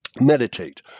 Meditate